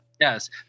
Yes